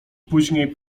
później